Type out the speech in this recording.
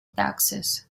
taxes